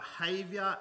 behavior